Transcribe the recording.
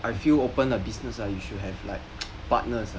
I feel open a business ah you should have like partners